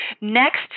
Next